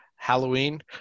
Halloween